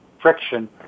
friction